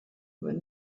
when